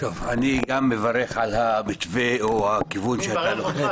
גם אני מברך על המתווה או הכיוון --- אני מברך אותך.